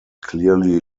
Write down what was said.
clearly